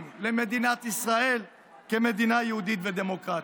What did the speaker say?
למדינת ישראל כמדינה יהודית ודמוקרטית.